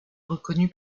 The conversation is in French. reconnue